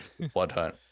bloodhunt